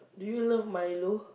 do you love Milo